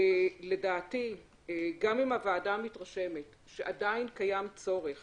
לדעתי, גם אם הוועדה מתרשמת שעדיין קיים צורך